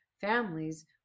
families